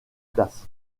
place